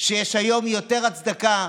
שיש היום יותר הצדקה,